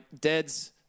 dad's